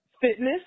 fitness